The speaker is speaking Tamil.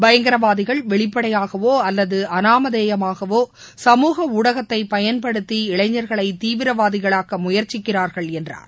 பயங்கரவாதிகள் ஜ் வெளிப்படையாகவோ அல்லது அனாமதேயமாகவோ சமூக ஊடகத்தைப் பயன்படுத்தி இளைஞர்களை தீவிரவாதிகளாக்க முயற்சிக்கிறார்கள் என்றார்